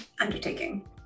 undertaking